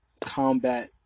combat